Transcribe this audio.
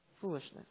foolishness